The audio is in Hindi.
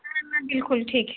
हाँ हाँ बिल्कुल ठीक है